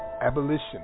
Abolition